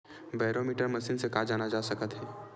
Barometer machine से का जाना जा सकत हे?